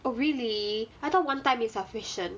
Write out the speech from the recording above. oh really I thought one time is sufficient